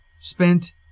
spent